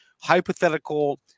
hypothetical